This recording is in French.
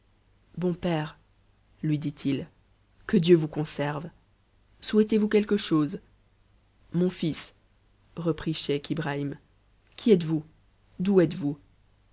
bon père lui dit-il que dieu vous conserve souhaitez-vous quelque chose mon fils reprit scheich ibra h qui êtes-vous d'où êtes-vous